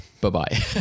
Bye-bye